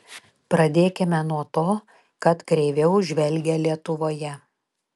pradėkime nuo to kad kreiviau žvelgia lietuvoje